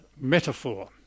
metaphor